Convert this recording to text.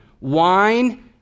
wine